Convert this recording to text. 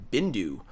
Bindu